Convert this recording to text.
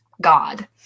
God